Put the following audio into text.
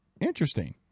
Interesting